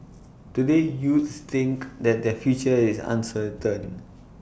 today youths think that their future is uncertain